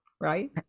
right